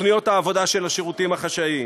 תוכניות העבודה של השירותים החשאיים,